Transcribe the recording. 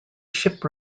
ship